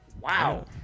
Wow